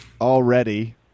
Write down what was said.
already